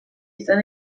izan